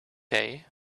day